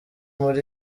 muri